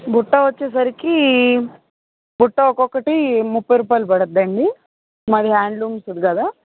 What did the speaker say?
బుట్ట వచ్చేసరికి బుట్ట ఒక్కొక్కటి ముప్పై రూపాయలు పడద్దండి మాది హ్యాండ్లూమ్స్ది కదా